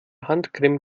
handcreme